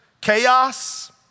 Chaos